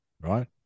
right